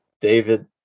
David